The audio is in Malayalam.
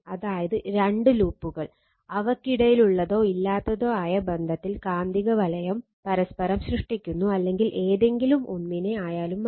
അതായത് രണ്ട് ലൂപ്പുകൾ അവയ്ക്കിടയിലുള്ളതോ ഇല്ലാത്തതോ ആയ ബന്ധത്തിൽ കാന്തികവലയം പരസ്പരം സൃഷ്ടിക്കുന്നു അല്ലെങ്കിൽ ഏതെങ്കിലും ഒന്നിനെ ആയാലും മതി